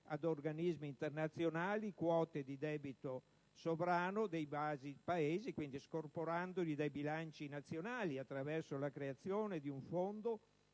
ad organismi internazionali quote di debito sovrano dei vari Paesi, quindi scorporandole dai bilanci nazionali attraverso la creazione di un fondo